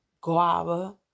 Guava